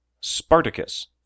Spartacus